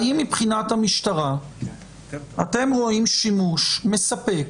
האם מבחינת המשטרה, אתם רואים שימוש מספק